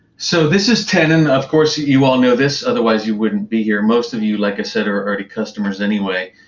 so this is tenon. of course, you you all know this, otherwise you wouldn't be here. most of you like i said, are already customers anyway.